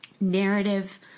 narrative